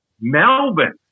Melbourne